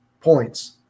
points